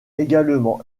également